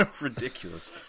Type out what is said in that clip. Ridiculous